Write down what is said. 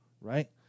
right